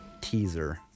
teaser